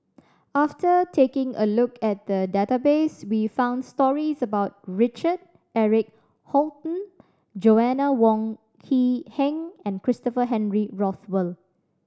after taking a look at the database we found stories about Richard Eric Holttum Joanna Wong Quee Heng and Christopher Henry Rothwell